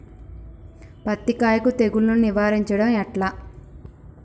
పత్తి కాయకు తెగుళ్లను నివారించడం ఎట్లా?